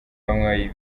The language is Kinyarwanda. bamwe